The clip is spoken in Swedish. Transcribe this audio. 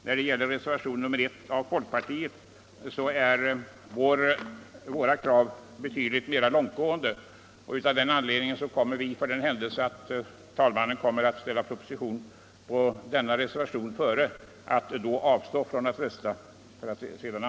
I vad avser reservationen 1, som avgivits av en folkpartiledamot, vill jag framhålla att våra krav är betydligt mera långtgående. Vi kommer därför när talmannen ställer proposition på denna reservation att avstå från att rösta.